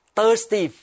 thirsty